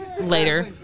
later